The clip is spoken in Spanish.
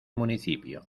municipio